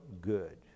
good